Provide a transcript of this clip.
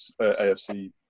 AFC